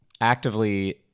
actively